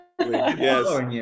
Yes